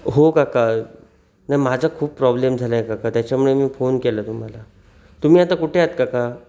हो काका ना माझा खूप प्रॉब्लेम झाला आहे काका त्याच्यामुळे मी फोन केला तुम्हाला तुम्ही आता कुठे आहात काका